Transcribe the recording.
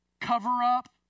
cover-up